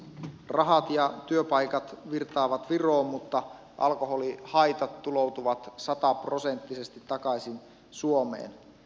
rahat ja työpaikat virtaavat viroon mutta alkoholihaitat tuloutuvat sataprosenttisesti takaisin suomeen